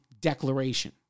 declaration